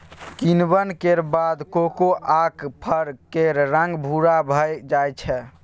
किण्वन केर बाद कोकोआक फर केर रंग भूरा भए जाइ छै